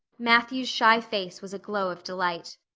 matthew's shy face was a glow of delight.